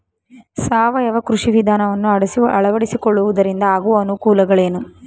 ಸಾವಯವ ಕೃಷಿ ವಿಧಾನವನ್ನು ಅಳವಡಿಸಿಕೊಳ್ಳುವುದರಿಂದ ಆಗುವ ಅನುಕೂಲಗಳೇನು?